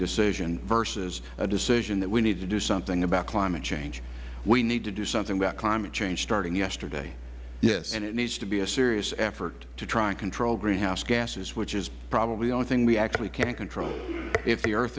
decision versus a decision that we need to do something about climate change we need to do something about climate change starting yesterday and it needs to be a serious effort to try and control greenhouse gases which is probably the only thing we actually can control if the